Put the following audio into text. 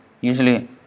Usually